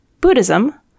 Buddhism